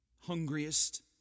hungriest